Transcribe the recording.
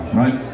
right